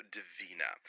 Divina